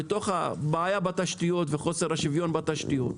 מתוך הבעיה בתשתיות וחוסר השוויון בתשתיות,